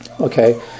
Okay